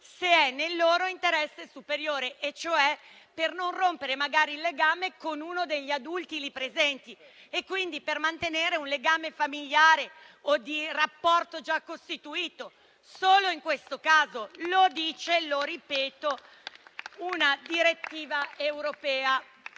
se è nel loro interesse superiore, e cioè per non rompere il legame con uno degli adulti lì presenti, quindi per mantenere un legame familiare o un rapporto già costituito; solo in questo caso. Lo dice - lo ripeto - una direttiva europea.